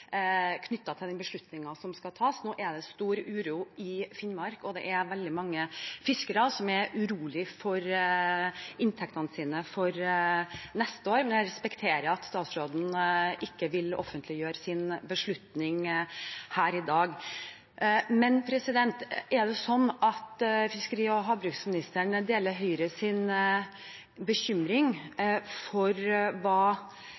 knyttet til den beslutningen som skal tas. Nå er det stor uro i Finnmark, og det er veldig mange fiskere som er urolige for inntektene for neste år. Jeg respekterer at statsråden ikke vil offentliggjøre sin beslutning her i dag. Men er det slik at fiskeri- og havministeren deler Høyres bekymring for hva